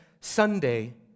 Sunday